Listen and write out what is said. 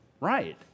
Right